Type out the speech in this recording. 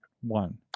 one